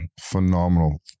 phenomenal